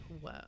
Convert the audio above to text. Whoa